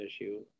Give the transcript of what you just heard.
issue